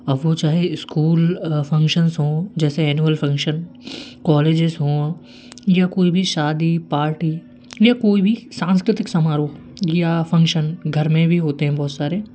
अब वो चाहे स्कूल फंक्शन्स हों जैसे एनुअल फंक्शन कॉलेजेज़ हों या कोई भी शादी पार्टी या कोई भी सांस्कृतिक समारोह या फंक्शन घर में भी होते हैं बहुत सारे